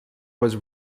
was